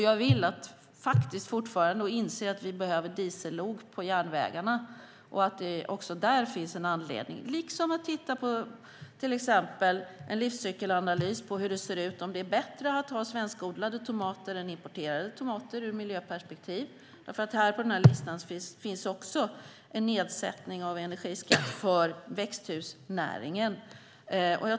Jag inser också att vi behöver diesellok på järnvägarna och att det också där finns en anledning till att subventioner finns. Man kan också göra en livscykelanalys till exempel av om det är bättre att ha svenskodlade tomater än importerade tomater ur ett miljöperspektiv, för på den här listan finns en nedsättning av energiskatten för växthusnäringen.